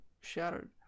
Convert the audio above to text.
shattered